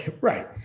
Right